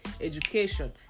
education